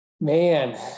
Man